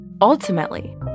Ultimately